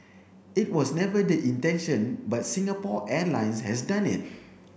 it was never the intention but Singapore Airlines has done it